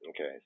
Okay